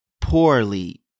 poorly